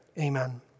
Amen